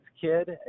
kid